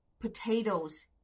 potatoes